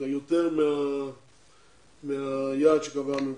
זה יותר מהיעד שקבעה הממשלה.